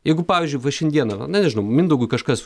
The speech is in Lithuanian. jeigu pavyzdžiui šiandieną va nežinau mindaugui kažkas